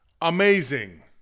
Amazing